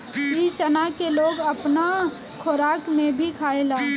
इ चना के लोग अपना खोराक में भी खायेला